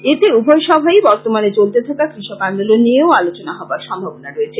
এতে উভয় সভায়ই বর্তমানে চলতে থাকা কৃষক আন্দোলন নিয়েও আলোচনা হবার সম্ভাবনা রয়েছে